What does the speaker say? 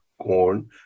corn